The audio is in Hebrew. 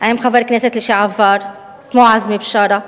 עם חבר הכנסת לשעבר עזמי בשארה,